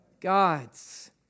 Gods